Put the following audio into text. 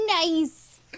nice